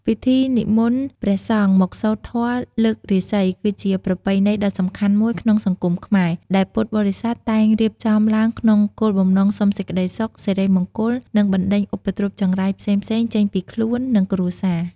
ពិធីនិមន្តព្រះសង្ឃមកសូត្រធម៌លើករាសី គឺជាប្រពៃណីដ៏សំខាន់មួយក្នុងសង្គមខ្មែរ ដែលពុទ្ធបរិស័ទតែងរៀបចំឡើងក្នុងគោលបំណងសុំសេចក្តីសុខ សិរីមង្គល និងបណ្ដេញឧបទ្រពចង្រៃផ្សេងៗចេញពីខ្លួន និងគ្រួសារ។